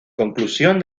conclusión